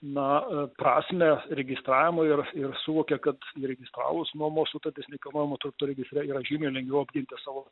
na prasmę registravimo ir ir suvokia kad įregistravus nuomos sutartis nekilnojamo turto registre yra žymiai lengviau apginti savo